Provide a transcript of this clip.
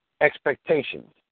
expectations